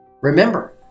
Remember